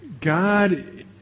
God